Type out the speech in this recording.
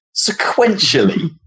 sequentially